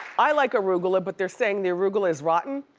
i like arugula but they're saying the arugula is rotten.